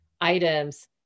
items